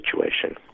situation